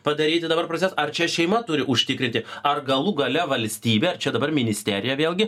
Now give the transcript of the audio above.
padaryti dabar prazes ar čia šeima turi užtikrinti ar galų gale valstybė čia dabar ministerija vėlgi